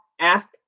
ask